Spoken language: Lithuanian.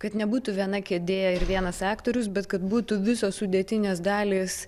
kad nebūtų viena kėdė ir vienas aktorius bet kad būtų visos sudėtinės dalys